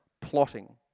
plotting